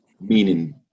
meaning